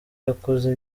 yakoze